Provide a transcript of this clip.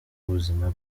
ubuzima